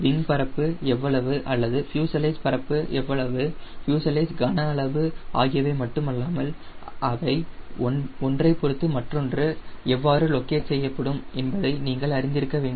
wing பரப்பு எவ்வளவு அல்லது ஃப்யூஸலேஜ் பரப்பு எவ்வளவு ஃப்யூஸலேஜ் கன அளவு ஆகியவை மட்டுமல்லாமல் அவை ஒன்றைக் பொருத்து மற்றொன்று எவ்வாறு லோகேட் செய்யப்படும் என்பதை நீங்கள் அறிந்திருக்கவேண்டும்